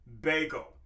Bagel